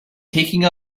taking